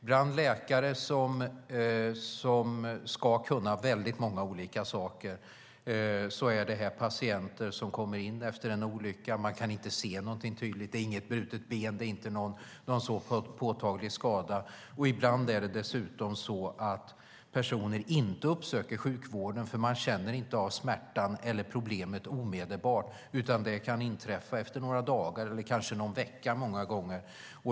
Bland läkare som ska kunna många olika saker är detta patienter som kommer in efter en olycka. Man kan inte se någonting tydligt. Det är inget brutet ben eller någon annan påtaglig skada. Ibland är det dessutom så att personer inte uppsöker sjukvården därför att de inte känner av smärtan eller problemet omedelbart. Det kan många gånger inträffa efter några dagar eller efter någon vecka.